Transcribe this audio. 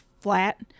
flat